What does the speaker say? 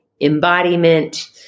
embodiment